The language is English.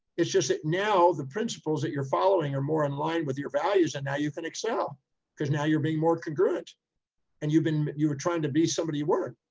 it's just that now the principles that you're following are more in line with your values. and now you can excel because now you're being more congruent and you've been, you were trying to be somebody you weren't.